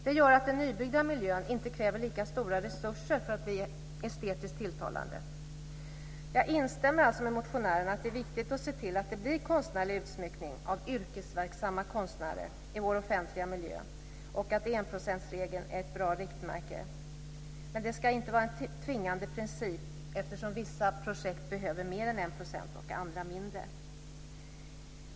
Det gör att den nybyggda miljön inte kräver lika stora resurser för att bli estetiskt tilltalande. Jag instämmer alltså med motionärerna i att det är viktigt att se till att det blir konstnärlig utsmyckning av yrkesverksamma konstnärer i vår offentliga miljö och att enprocentsregeln är ett bra riktmärke, men den ska inte vara en tvingande princip eftersom vissa projekt behöver mer än 1 % och andra mindre.